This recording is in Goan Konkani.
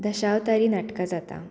दशावतारी नाटकां जाता